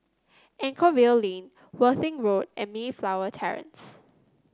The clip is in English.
Anchorvale Lane Worthing Road and Mayflower Terrace